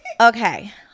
Okay